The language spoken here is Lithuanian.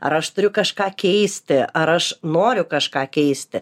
ar aš turiu kažką keisti ar aš noriu kažką keisti